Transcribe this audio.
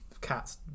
cats